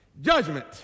Judgment